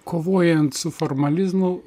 kovojant su formalizmu